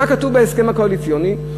מה כתוב בהסכם הקואליציוני?